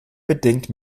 bedingt